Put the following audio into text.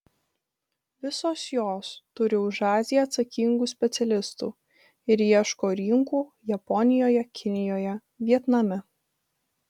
visos jos turi už aziją atsakingų specialistų ir ieško rinkų japonijoje kinijoje vietname